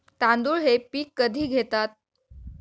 तांदूळ हे पीक कधी घेतात?